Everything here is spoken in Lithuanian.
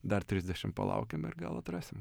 dar trisdešim palaukim ir gal atrasim